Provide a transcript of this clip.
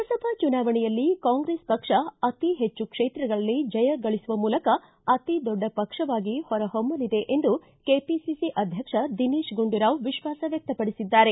ಲೋಕಸಭಾ ಚುನಾವಣೆಯಲ್ಲಿ ಕಾಂಗ್ರೆಸ್ ಪಕ್ಷ ಅತೀ ಹೆಚ್ಚು ಕ್ಷೇತ್ರಗಳಲ್ಲಿ ಜಯ ಗಳಿಸುವ ಮೂಲಕ ಅತಿದೊಡ್ಡ ಪಕ್ಷವಾಗಿ ಹೊರಹೊಮ್ಖಲಿದೆ ಎಂದು ಕೆಪಿಸಿಸಿ ಅಧ್ಯಕ್ಷ ತಿದಿನೇತ್ ಗುಂಡೂರಾವ್ ವಿಶ್ವಾಸ ವ್ಯಕ್ಷಪಡಿಸಿದ್ದಾರೆ